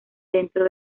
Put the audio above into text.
dentro